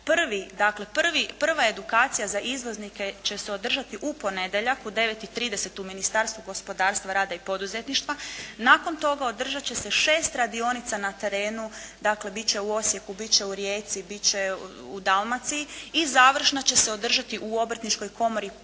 prva edukacija za izvoznike će se održati u ponedjeljak u 9,30 u Ministarstvu gospodarstva rada i poduzetništva, nakon toga održati će se 6 radionica na terenu, dakle, biti će u Osijeku, biti će u Rijeci, biti će u Dalmaciji. I završna će se održati u obrtničkoj komori, ponovno